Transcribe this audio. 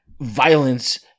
violence